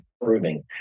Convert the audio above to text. improving